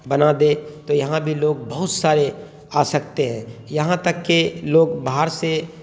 بنا دے تو یہاں بھی لوگ بہت سارے آ سکتے ہیں یہاں تک کہ لوگ باہر سے